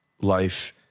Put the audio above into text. life